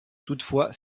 toutefois